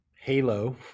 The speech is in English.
Halo